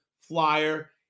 flyer